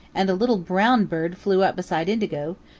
and a little brown bird flew up beside indigo,